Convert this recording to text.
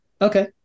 Okay